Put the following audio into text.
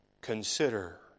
consider